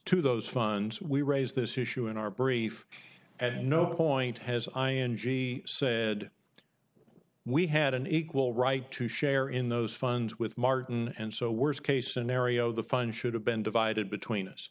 to those funds we raise this issue in our brief at no point has i n g said we had an equal right to share in those funds with martin and so worst case scenario the fund should have been divided between us